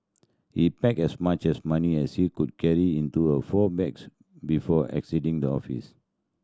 he packed as much as money as he could carry into a four bags before exiting the office